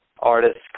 artists